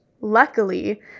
Luckily